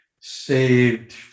saved